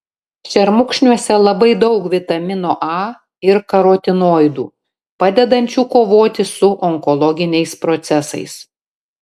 šermukšniuose labai daug vitamino a ir karotinoidų padedančių kovoti su onkologiniais procesais